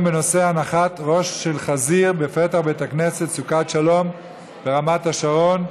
בנושא: הנחת ראש של חזיר בפתח בית הכנסת סוכת שאול ברמת השרון,